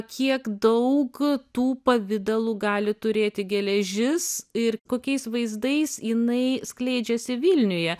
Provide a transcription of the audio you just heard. kiek daug tų pavidalų gali turėti geležis ir kokiais vaizdais jinai skleidžiasi vilniuje